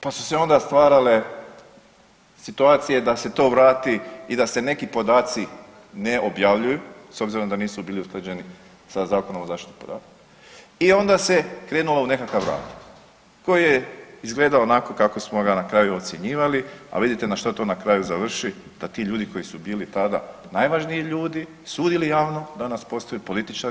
Pa su se onda stvarale situacije da se to vrati i da se neki podaci ne objavljuju s obzirom da nisu bili usklađeni s Zakonom o zaštiti podataka i onda se krenulo u nekakav rad koji je izgledao onako kako smo ga na kraju ocjenjivali, a vidite na što to na kraju završi da ti ljudi koji su bili tada najvažniji ljudi, sudili javno danas postaju političari